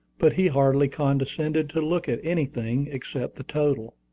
but he hardly condescended to look at anything except the total.